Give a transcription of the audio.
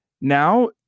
Now